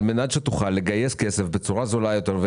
על מנת שתוכל לגייס כסף בצורה זולה יותר,